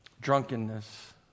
drunkenness